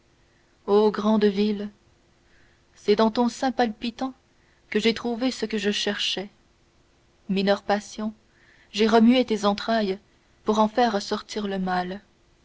ô grande ville c'est dans ton sein palpitant que j'ai trouvé ce que je cherchais mineur patient j'ai remué tes entrailles pour en faire sortir le mal